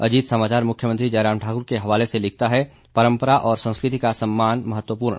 अजीत समाचार मुख्यमंत्री जयराम ठाकुर के हवाले से लिखता है परम्परा और संस्कृति का सम्मान महत्वपूर्ण